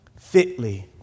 Fitly